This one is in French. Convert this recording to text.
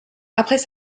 après